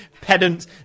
pedant